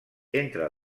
entre